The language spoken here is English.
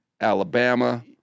Alabama